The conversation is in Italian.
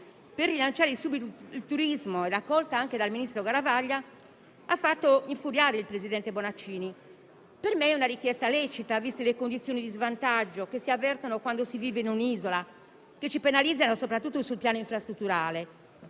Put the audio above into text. per rilanciare il turismo, e raccolta anche dal ministro Garavaglia, ha fatto infuriare il presidente Bonaccini. Per me è una richiesta lecita, viste le condizioni di svantaggio che si avvertono quando si vive in un'isola, che ci penalizzano soprattutto sul piano infrastrutturale.